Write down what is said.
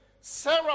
Sarah